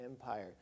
Empire